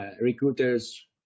recruiters